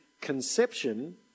conception